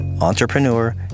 entrepreneur